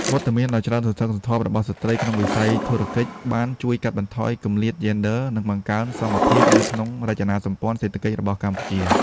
វត្តមានដ៏ច្រើនសន្ធឹកសន្ធាប់របស់ស្ត្រីក្នុងវិស័យធុរកិច្ច បានជួយកាត់បន្ថយគម្លាតយេនឌ័រ និងបង្កើនសមភាពនៅក្នុងរចនាសម្ព័ន្ធសេដ្ឋកិច្ចរបស់កម្ពុជា។